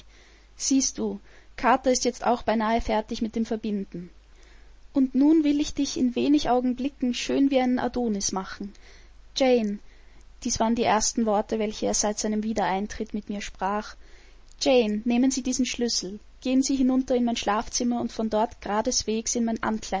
siehst du carter ist jetzt auch beinahe fertig mit dem verbinden und nun will ich dich in wenig augenblicken schön wie einen adonis machen jane dies waren die ersten worte welche er seit seinem wiedereintritt mit mir sprach jane nehmen sie diesen schlüssel gehen sie hinunter in mein schafzimmer und von dort gradeswegs in mein